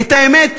את האמת,